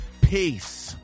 Peace